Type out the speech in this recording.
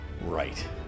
right